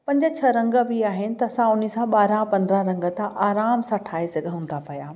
पंज छह रंग बि आहिनि त असां उन सां ॿारहं पंद्रहं रंग त आराम सां ठाहे सघूं था पिया